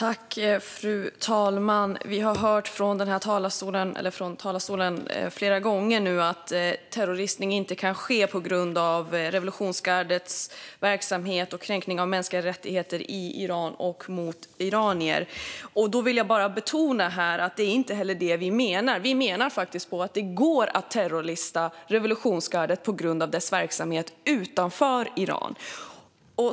Fru talman! Vi har flera gånger hört från talarstolen att revolutionsgardets verksamhet och kränkningar av mänskliga rättigheter i Iran och mot iranier inte är tillräckliga förutsättningar för terrorlistning. Låt mig betona att det inte är det vi menar heller. Vi menar att det går att terrorlista revolutionsgardet på grund av dess verksamhet utanför Iran.